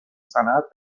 صنعت